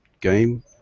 game